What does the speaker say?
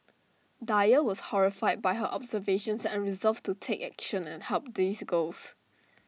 dyer was horrified by her observations and resolved to take action and help these girls